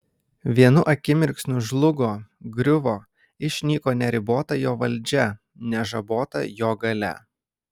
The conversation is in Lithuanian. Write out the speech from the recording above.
vienu akimirksniu žlugo griuvo išnyko neribota jo valdžia nežabota jo galia